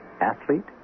athlete